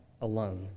alone